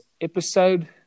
episode